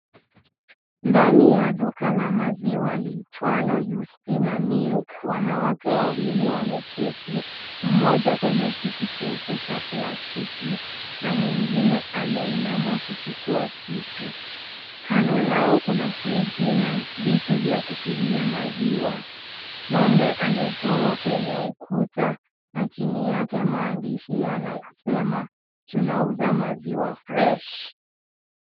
Ndani ya duka la maziwa liitwalo Yustina milk, wanawake wawili wameketi .Mmoja kwenye kiti jeupe cha plastiki na mwingine ameinama kuchukua kitu. Kando yao kuna friji na vitu vya kupimia maziwa.Ng'ombe amechorwa kwenye ukuta na chini yake maandishi ya yanayosema, tunauza maziwa (cs)fresh(cs).